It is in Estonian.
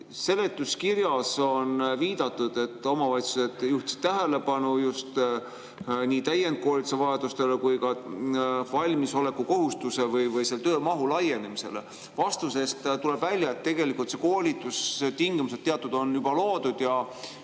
Seletuskirjas on viidatud, et omavalitsused juhtisid tähelepanu nii täiendkoolituse vajadustele kui ka valmisolekukohustuse või töömahu laienemisele. Vastusest tuleb välja, et tegelikult on teatud koolitustingimused juba loodud ja